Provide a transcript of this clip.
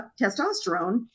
testosterone